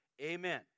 Amen